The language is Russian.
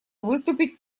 выступить